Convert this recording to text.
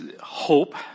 hope